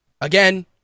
Again